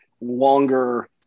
longer